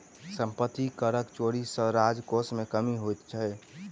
सम्पत्ति करक चोरी सॅ राजकोश मे कमी होइत छै